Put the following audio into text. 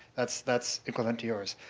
that's that's equivalent to yours.